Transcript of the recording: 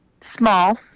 Small